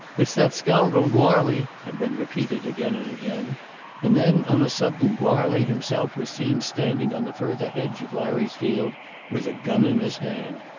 it's that scoundrel goarly had been repeated again and again and then on a sudden goarly himself was seen standing on the further hedge of larry's field with a gun in his hand.